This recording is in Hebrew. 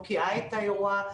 מוקיעה את האירוע.